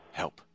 help